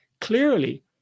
clearly